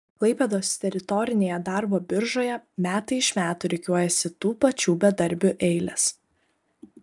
klaipėdos teritorinėje darbo biržoje metai iš metų rikiuojasi tų pačių bedarbių eilės